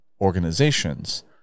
organizations